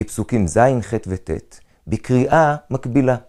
בפסוקים ז', ח' וט', בקריאה מקבילה.